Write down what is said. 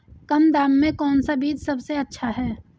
कम दाम में कौन सा बीज सबसे अच्छा है?